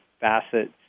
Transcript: facets